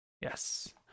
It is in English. yes